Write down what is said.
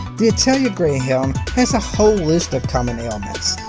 the italian greyhound has a whole list of common ailments,